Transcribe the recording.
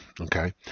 Okay